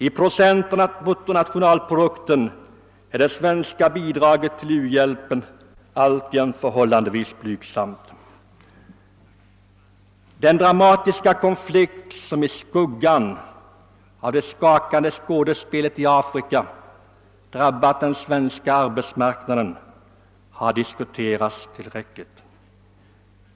I procent av bruttonationalprodukten är det svenska bidraget till u-hjälpen alltjämt förhållandevis blygsamt. Den dramatiska konflikt som i skuggan av det skakande skådespelet i Afrika har drabbat den svenska arbetsmarknaden har diskuterats tillräckligt.